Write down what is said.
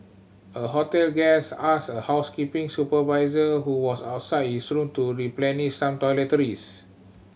a hotel guest asked a housekeeping supervisor who was outside his room to replenish some toiletries